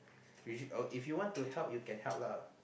usually uh if you want to help you can help lah